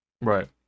Right